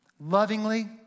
lovingly